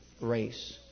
race